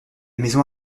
maison